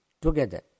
together